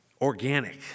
organic